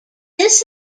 this